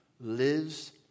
lives